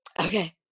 okay